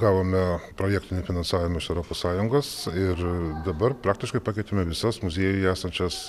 gavome projektinį finansavimą iš europos sąjungos ir dabar praktiškai pakeitėme visas muziejuje esančias